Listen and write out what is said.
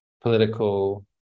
political